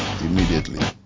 immediately